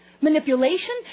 manipulation